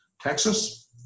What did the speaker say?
Texas